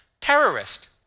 terrorist